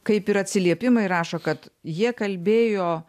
kaip ir atsiliepimai rašo kad jie kalbėjo